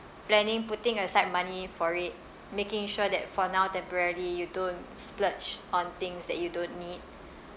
planning putting aside money for it making sure that for now temporarily you don't splurge on things that you don't need